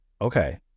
Okay